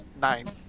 nine